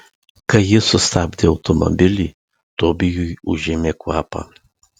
kai ji sustabdė automobilį tobijui užėmė kvapą